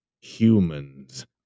humans